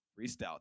freestyle